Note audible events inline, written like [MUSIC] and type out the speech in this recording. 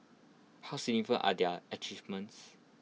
how [UNINTELLIGIBLE] are their achievements